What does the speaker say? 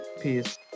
Peace